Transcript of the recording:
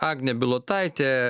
agnė bilotaitė